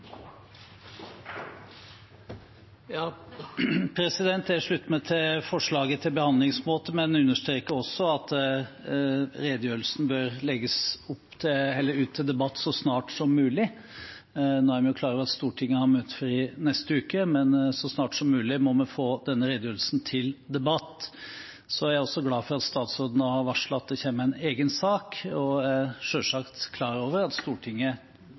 Jeg slutter meg til forslaget om behandlingsmåte, men understreker også at redegjørelsen bør legges ut til debatt så snart som mulig. Nå er vi jo klar over at Stortinget har møtefri neste uke, men så snart som mulig må vi få denne redegjørelsen til debatt. Jeg er også glad for at statsråden nå har varslet at det kommer en egen sak. Jeg er selvsagt klar over at Stortinget